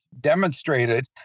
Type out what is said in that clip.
demonstrated